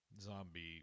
zombie